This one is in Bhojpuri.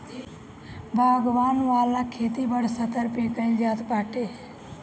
बागन वाला खेती बड़ स्तर पे कइल जाता बाटे